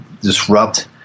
disrupt